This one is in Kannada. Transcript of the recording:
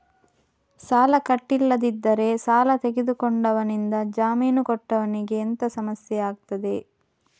ಸಾಲ ಕಟ್ಟಿಲ್ಲದಿದ್ದರೆ ಸಾಲ ತೆಗೆದುಕೊಂಡವನಿಂದ ಜಾಮೀನು ಕೊಟ್ಟವನಿಗೆ ಎಂತ ಸಮಸ್ಯೆ ಆಗ್ತದೆ?